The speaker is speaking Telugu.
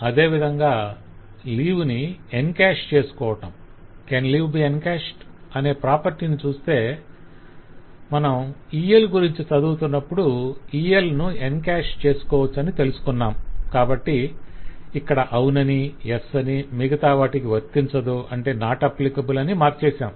అదే విధంగా 'లీవ్ ని ఎంకాష్ చేసుకోవటం' 'can leave be enchased' అనే ప్రాపర్టీ ని చూస్తే మనం EL గురించి చదువుతున్నప్పుడు EL ను ఎంకాష్ చేసుకోవచ్చని తెలుసుకున్నాం కాబట్టి ఇక్కడ అవునని మిగతావాటికి 'వర్తించదని' మార్క్ చేశాం